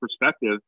perspective